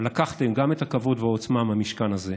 אבל לקחתם גם את הכבוד והעוצמה מהמשכן הזה,